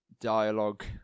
dialogue